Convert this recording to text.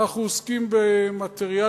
אנחנו עוסקים במטריאליות,